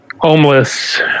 homeless